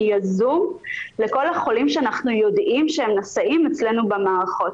יזום לכל החולים שאנחנו יודעים שהם נשאים אצלנו במערכות.